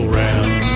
round